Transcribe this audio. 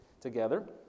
together